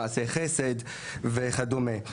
מעשי חסד וכדומה.